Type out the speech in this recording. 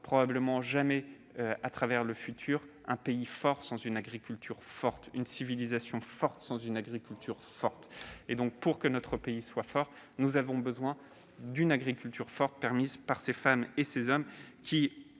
probablement jamais dans le futur -de pays fort et de civilisation forte sans une agriculture forte. Bravo ! Pour que notre pays soit fort, nous avons besoin d'une agriculture forte, permise par ces femmes et ces hommes qui,